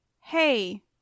hey